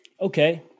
okay